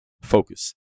focus